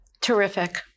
Terrific